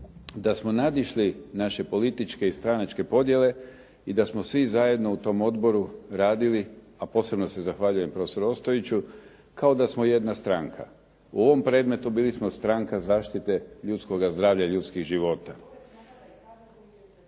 da smo nadišli naše političke i stranačke podjele i da smo svi zajedno u tom odboru radili, a posebno se zahvaljujem prof. Ostojiću kao da smo jedna stranka. U ovom predmetu bili smo stranka zaštite ljudskoga zdravlja i ljudskoga života